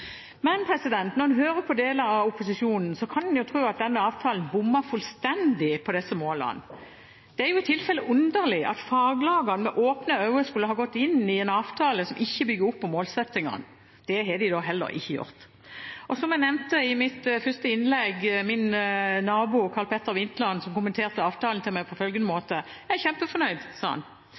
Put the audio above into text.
Men når en hører på deler av opposisjonen, kan en jo tro at denne avtalen bommer fullstendig på disse målene. Det er i tilfelle underlig at faglagene med åpne øyne skulle ha gått inn i en avtale som ikke bygger opp om målsettingene. Det har de heller ikke gjort. Som jeg nevnte i mitt første innlegg, kommenterte min nabo, Karl Petter Vintland, avtalen til meg på følgende måte: Jeg er kjempefornøyd!